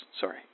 sorry